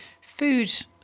Food